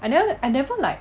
I never I never like